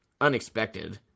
unexpected